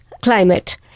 climate